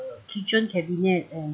kitchen cabinet and